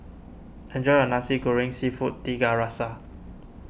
enjoy your Nasi Goreng Seafood Tiga Rasa